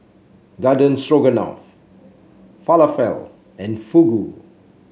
Garden Stroganoff Falafel and Fugu